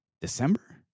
December